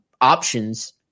options